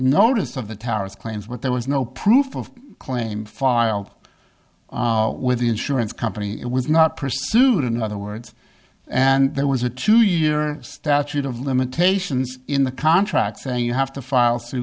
notice of the towers claims but there was no proof of claim filed with the insurance company it was not pursued in other words and there was a two year statute of limitations in the contract saying you have to file